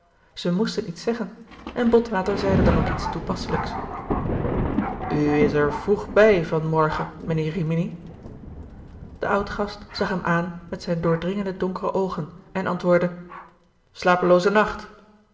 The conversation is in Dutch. zij moesten iets zeggen en botwater zeide dan ook iets toepasselijks u is er vroeg bij van morgen mijnheer rimini de oudgast zag hem aan met zijne doordringende donkere oogen en antwoordde slapelooze nacht